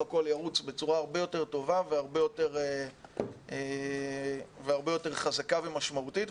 הכול ירוץ בצורה הרבה יותר טובה והרבה יותר חזקה ומשמעותית.